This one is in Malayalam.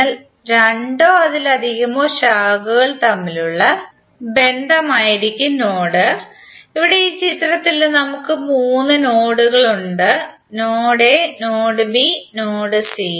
അതിനാൽ രണ്ടോ അതിലധികമോ ശാഖകൾ തമ്മിലുള്ള ബന്ധമായിരിക്കും നോഡ് ഇവിടെ ഈ ചിത്രത്തിൽ നമുക്ക് മൂന്ന് നോഡുകൾ ഉണ്ട് node A node B node C